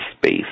space